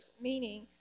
meaning